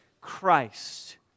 Christ